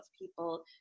people